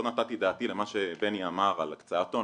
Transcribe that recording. לא נתתי את דעתי למה שבני אמר על הקצאת הון,